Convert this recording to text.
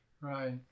Right